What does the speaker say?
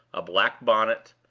a black bonnet,